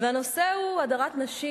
ציון היום הבין-לאומי למאבק באלימות נגד נשים,